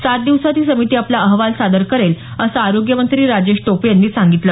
सात दिवसात ही समिती अहवाल सादर करेल असं आरोग्य मंत्री राजेश टोपे यांनी सांगितलं